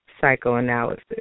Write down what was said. psychoanalysis